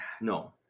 No